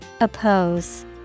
Oppose